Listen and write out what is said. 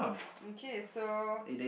okay so